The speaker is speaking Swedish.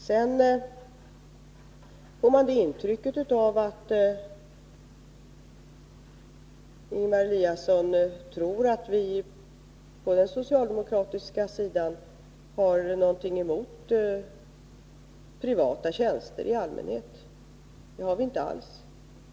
Jag får intrycket att Ingemar Eliasson tror att vi på den socialdemokratiska sidan har något emot privata tjänster i allmänhet. Det har vi inte alls!